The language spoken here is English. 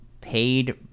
paid